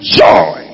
joy